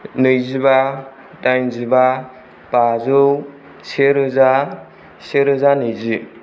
नैजिबा दाइनजिबा बाजौ सेरोजा सेरोजा नैजि